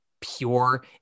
pure